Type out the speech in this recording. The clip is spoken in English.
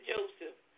Joseph